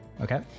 Okay